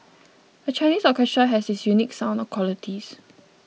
a Chinese orchestra has its unique sound qualities